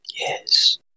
Yes